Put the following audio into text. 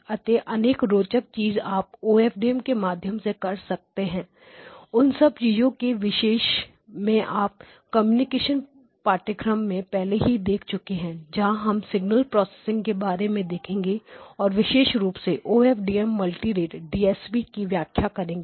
अतः अनेक रोचक चीजें आप OFDM के माध्यम से कर सकते हैं उन सब चीजों के विषय में आप कम्युनिकेशन्स पाठ्यक्रम में पहले ही देख चुके हैं यहां हम सिगनल प्रोसेसिंग के बारे में देखेंगे और विशेष रूप से OFDM की मल्टी रेट डीएसपी की व्याख्या करेंगे